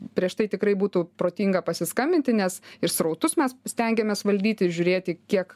prieš tai tikrai būtų protinga pasiskambinti nes ir srautus mes stengiamės valdyti ir žiūrėti kiek